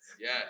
Yes